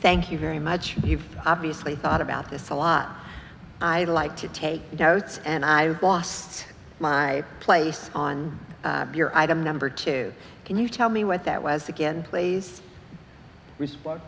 thank you very much you've obviously thought about this a lot i like to take you out and i lost my place on your item number two can you tell me what that was again please respon